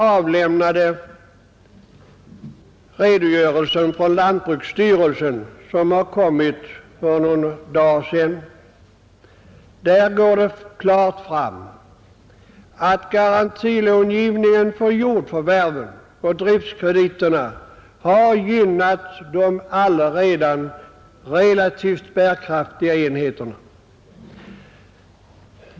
Av den redogörelse från lantbruksstyrelsen, som har kommit för någon dag sedan, framgår det klart att garantilångivningen för jordförvärven och driftkrediterna har gynnat de redan relativt bärkraftiga enheterna.